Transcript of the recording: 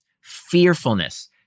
fearfulness